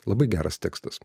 labai geras tekstas